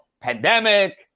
pandemic